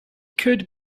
could